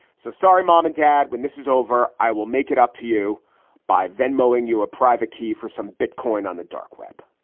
so sorry, mom and dad, when this is over, i will make it up to you by venmo in you, a private key for some bitcoin on the darkweb.